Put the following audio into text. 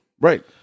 Right